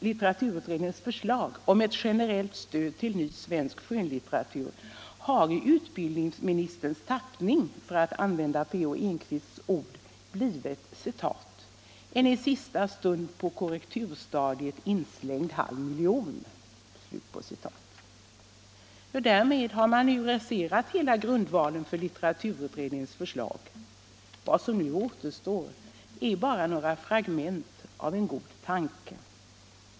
Litteraturutredningens förslag om ett generellt stöd till ny svensk skönlitteratur har i utbildningsministerns tappning — för att använda P. O. Engquists ord — blivit ”en i sista stund på korrekturstadiet inslängd halv miljon”. Vad som nu återstår är bara några fragment av en god tanke.